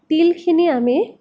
তিলখিনি আমি